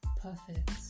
perfect